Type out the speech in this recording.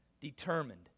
determined